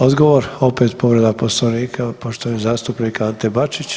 Odgovor opet povreda Poslovnika, poštovani zastupnik Ante Bačić.